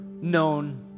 known